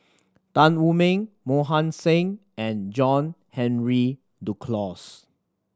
Tan Wu Meng Mohan Singh and John Henry Duclos